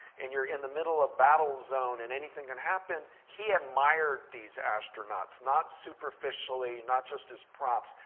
and you're in the middle of battle zone, and anything can happen, he admired these astronauts, not superficially, not just as props,